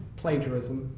plagiarism